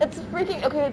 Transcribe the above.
it's a freaking okay